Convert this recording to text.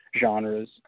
genres